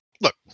look